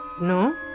no